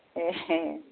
ए